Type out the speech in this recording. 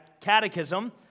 Catechism